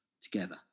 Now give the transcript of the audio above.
together